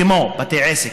כמו בתי עסק,